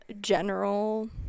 general